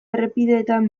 errepideetan